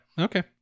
Okay